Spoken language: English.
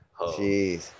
Jeez